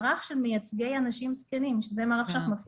מערך של מייצגי אנשים זקנים שזה מערך שאנחנו---